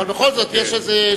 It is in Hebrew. אבל בכל זאת יש שבטים,